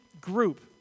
group